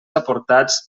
aportats